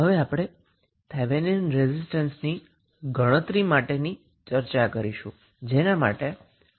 હવે આપણે થેવેનિન રેઝિસ્ટન્સની ગણતરી માટેની ચર્ચા કરીશું જેના માટે આપણે બે કિસ્સાને ધ્યાનમાં રાખીશું